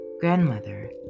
grandmother